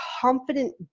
confident